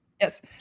Yes